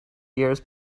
years